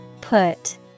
Put